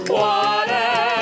water